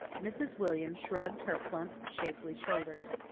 mrs. william shrugged her plump, shapely shoulders.